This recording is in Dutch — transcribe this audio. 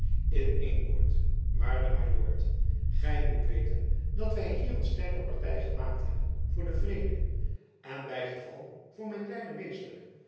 in een woord waarde my lord gy moet weten dat wy hier een sterke party gemaakt hebben voor den vrede en by gevolg voor mijn kleinen meester